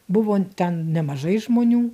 buvo ten nemažai žmonių